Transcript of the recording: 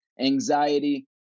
anxiety